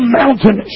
mountain